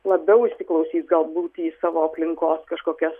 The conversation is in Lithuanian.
labiau įsiklausys galbūt į savo aplinkos kažkokias